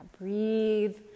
breathe